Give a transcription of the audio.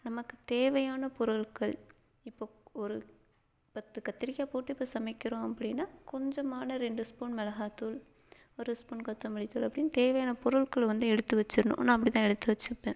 நமக்கு தேவையான பொருட்கள் இப்போ ஒரு பத்து கத்திரிக்காய் போட்டு இப்போ சமைக்கிறோம் அப்படின்னா கொஞ்சமான ரெண்டு ஸ்பூன் மிளகாய்த்தூள் ஒரு ஸ்பூன் கொத்தமல்லித்தூள் அப்படின்னு தேவையான பொருட்கள் வந்து எடுத்து வச்சிடணும் நான் அப்படிதான் எடுத்து வச்சுப்பேன்